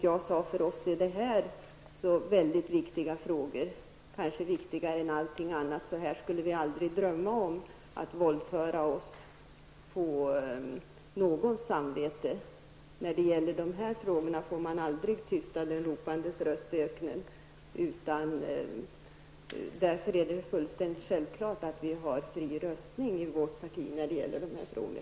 Jag framhöll att det här är mycket viktiga frågor för oss. Ja, dessa saker är kanske viktigare än allting annat. Vi skulle därför aldrig ens drömma om att våldföra oss på någons samvete. I dessa frågor får man aldrig tysta de ropandes röst i öknen. Därför är det fullständigt självklart att vi röstar fritt i vårt parti i dessa frågor.